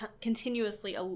continuously